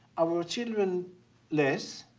our children less.